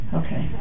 okay